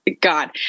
God